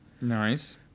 nice